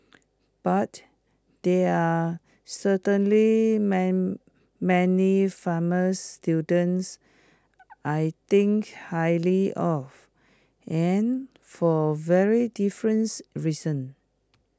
but there are certainly man many former students I think highly of and for very difference reasons